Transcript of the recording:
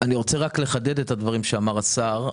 אני רוצה לחדד את הדברים שאמר השר.